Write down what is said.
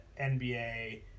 NBA